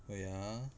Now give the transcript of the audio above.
wait ah